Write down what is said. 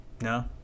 no